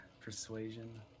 Persuasion